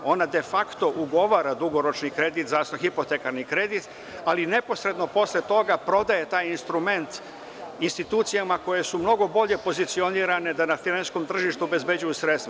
Ona de fakto ugovara dugoročni kredit, hipotekarni kredit, ali neposredno posle toga prodaje taj instrument institucijama koje su mnogo bolje pozicionirane da na finansijskom tržištu obezbeđuju sredstva.